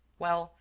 well,